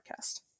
podcast